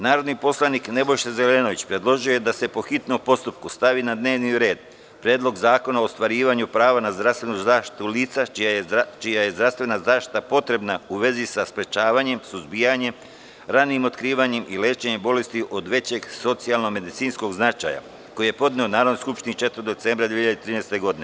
Narodni poslanik Nebojša Zelenović predložio je da se po hitnom postupku stavi na dnevni red Predlog zakona o ostvarivanju prava na zdravstvenu zaštitu lica čija je zdravstvena zaštita potrebna u vezi sa sprečavanjem, suzbijanjem, ranijim otkrivanjem i lečenjem bolesti od većeg socijalno-medicinskog značaja, koji je podneo Narodnoj skupštini 4. decembra 2013. godine.